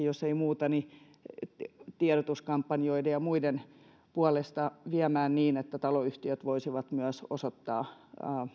jos ei muuten niin ainakin tiedotuskampanjoiden ja muiden puolesta viemään niin että taloyhtiöt voisivat myös osoittaa